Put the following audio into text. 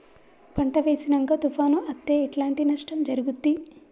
పంట వేసినంక తుఫాను అత్తే ఎట్లాంటి నష్టం జరుగుద్ది?